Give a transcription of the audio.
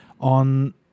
on